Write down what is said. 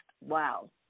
wow